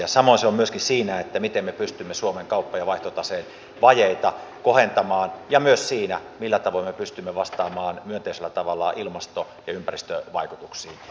samoin se on myöskin siinä miten me pystymme suomen kauppa ja vaihtotaseen vajeita kohentamaan ja myös siinä millä tavoin me pystymme vastaamaan myönteisellä tavalla ilmasto ja ympäristövaikutuksiin